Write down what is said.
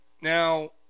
Now